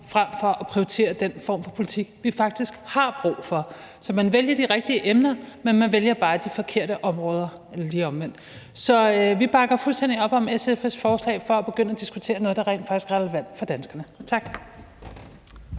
med politik fra regeringen, som vi faktisk har brug for. Så man vælger de rigtige emner, men man vælger bare de forkerte områder – eller lige omvendt. Vi bakker fuldstændig op om SF's forslag om at begynde at diskutere noget, der rent faktisk er relevant for danskerne. Tak.